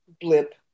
blip